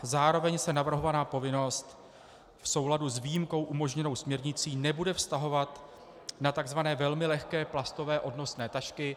Zároveň se navrhovaná povinnost v souladu s výjimkou umožněnou směrnicí nebude vztahovat na tzv. velmi lehké plastové odnosné tašky.